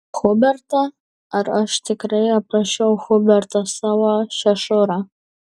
hubertą ar aš tikrai aprašiau hubertą savo šešurą